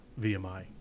VMI